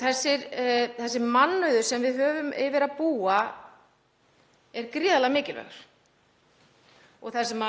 Þessi mannauður sem við höfum yfir að búa er gríðarlega mikilvægur. Það sem